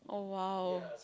oh !wow!